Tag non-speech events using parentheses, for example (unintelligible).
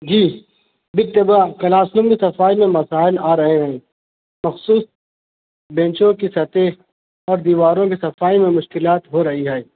جی بالطبع classroom میں (unintelligible) مسائل آ رہے ہیں کب سے بینچوں کی سطح اور دیواروں کی صفائی میں مشکلات ہو رہی ہیں